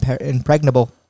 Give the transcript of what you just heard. impregnable